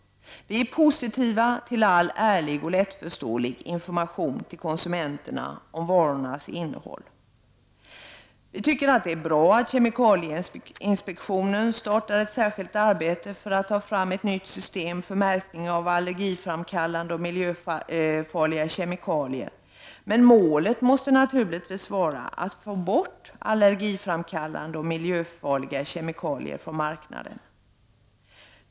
Vi är positiva till all ärlig och lättförståelig information till konsumenterna om varornas innehåll. Vi tycker att det är bra att kemi nspektionen startat ett särskilt arbete för att ta fram ett nytt system för märkning av allergiframkallande och miljöfarliga kemikalier. Men målet måste naturligtvis vara att få bort allergiframkallande och miljöfarliga kemikalier från marknaden.